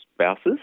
spouses